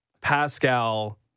Pascal